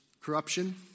corruption